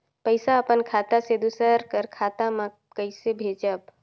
पइसा अपन खाता से दूसर कर खाता म कइसे भेजब?